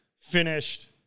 finished